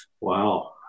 Wow